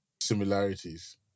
similarities